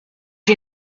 you